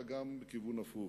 אלא גם מהכיוון ההפוך,